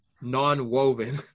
non-woven